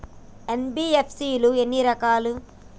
NBFC ఎన్ని రకాలు?